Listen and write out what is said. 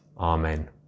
Amen